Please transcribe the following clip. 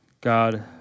God